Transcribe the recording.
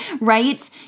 right